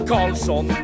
Carlson